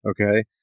Okay